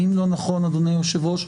אדוני היושב-ראש,